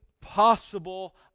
possible